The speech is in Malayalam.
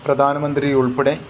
പ്രധാനമന്ത്രി ഉൾപ്പടെ